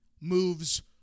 moves